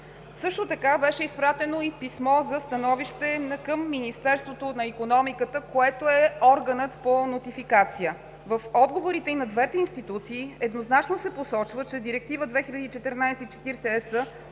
Също така, беше изпратено и писмо за становище към Министерството на икономиката, което е органът по нотификация. В отговорите и на двете институции, еднозначно се посочва, че Директива 2014/40/ЕС